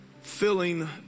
Filling